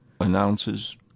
announces